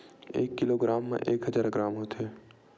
एक किलोग्राम मा एक हजार ग्राम होथे